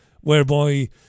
whereby